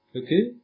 okay